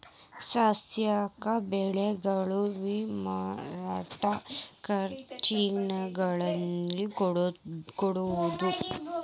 ಸಸ್ಯಕ್ಕ ಬೇಕಾಗಿರು ವಿಟಾಮಿನ್ ಖನಿಜಗಳನ್ನ ಕೊಡುದು